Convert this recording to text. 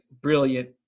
brilliant